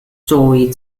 story